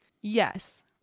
Yes